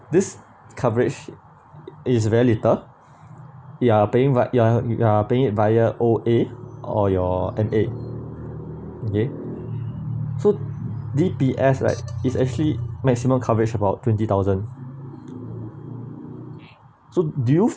this coverage is very little you're paying but you are you are paying it via O_A or your M_A okay so D_P_S like it's actually maximum coverage about twenty thousand so do you